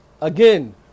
again